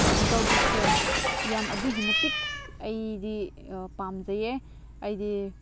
physical ꯕꯨꯛꯁꯦ ꯌꯥꯝ ꯑꯗꯨꯒꯤ ꯃꯇꯤꯛ ꯑꯩꯗꯤ ꯄꯥꯝꯖꯩꯌꯦ ꯑꯩꯗꯤ